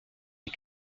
des